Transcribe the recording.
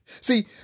See